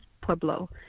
Pueblo